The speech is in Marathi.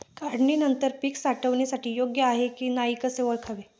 काढणी नंतर पीक साठवणीसाठी योग्य आहे की नाही कसे ओळखावे?